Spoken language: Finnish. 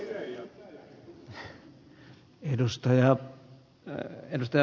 arvoisa puhemies